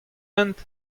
hent